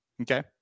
Okay